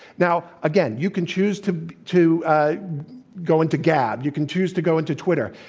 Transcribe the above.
now, again, you can choose to to ah go into gab, you can choose to go into twitter.